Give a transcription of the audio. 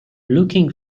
looking